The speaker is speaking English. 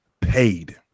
paid